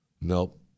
Nope